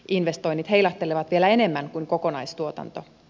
investoinnit heilahtelevat vielä enemmän kuin kokonaistuotanto